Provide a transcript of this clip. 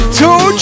two